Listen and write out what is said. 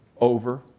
over